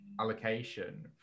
allocation